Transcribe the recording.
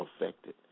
affected